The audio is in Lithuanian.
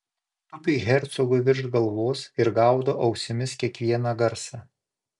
tupi hercogui virš galvos ir gaudo ausimis kiekvieną garsą